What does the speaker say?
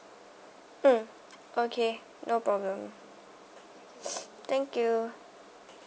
um okay no problem thank you